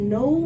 no